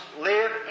live